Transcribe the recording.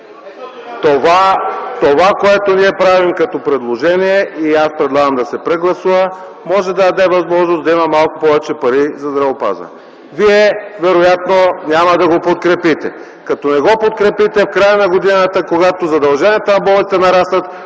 Това, което ние правим като предложение и аз предлагам да се прегласува, може да даде възможност да има малко повече пари за здравеопазване. Вероятно вие няма да го подкрепите. Като не го подкрепите, в края на годината, когато задълженията на болниците нараснат